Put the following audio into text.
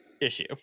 issue